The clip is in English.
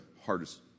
hardest